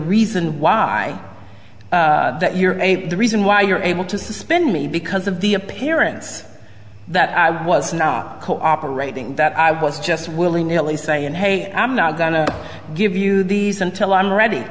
reason why you're the reason why you're able to suspend me because of the appearance that i was not cooperating that i was just willy nilly saying hey i'm not going to give you these until i'm ready